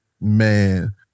Man